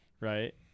right